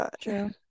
True